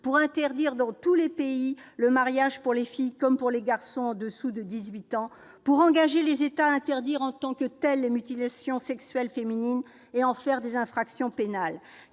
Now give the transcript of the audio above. pour interdire dans tous les pays le mariage pour les filles comme pour les garçons au-dessous de 18 ans et pour engager les États à interdire, en tant que telles, les mutilations sexuelles féminines et en faire des infractions pénales